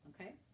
Okay